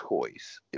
choice